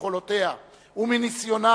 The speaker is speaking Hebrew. מיכולותיה ומניסיונה,